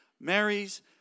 marries